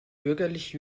bürgerlich